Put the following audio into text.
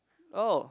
oh